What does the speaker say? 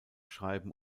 schreiben